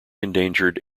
endangered